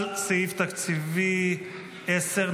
על סעיף תקציבי 10,